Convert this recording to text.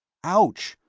ouch!